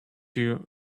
you